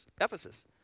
Ephesus